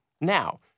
Now